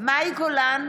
מאי גולן,